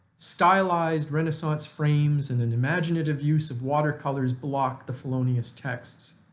stylized renaissance frames and an imaginative use of watercolors blocked the felonious text.